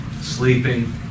sleeping